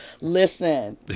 Listen